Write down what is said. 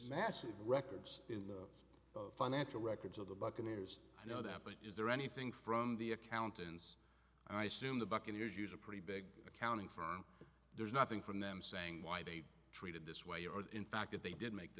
massive records in the financial records of the buccaneers i know that but is there anything from the accountants and i soon the buccaneers use a pretty big accounting firm there's nothing from them saying why they treated this way or in fact that they did make the